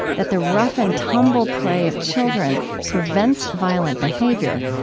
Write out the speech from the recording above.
that the rough-and-tumble play of children prevents violent behavior,